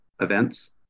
events